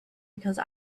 because